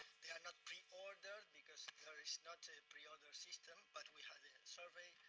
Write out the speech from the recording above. they are not preordered because there is not a preorder system, but we have a survey,